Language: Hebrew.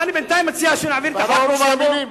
אני יודע שאתה מאמין בן מאמין.